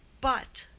but